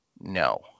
No